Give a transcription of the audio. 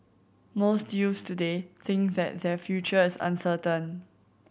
most youths today think that their future is uncertain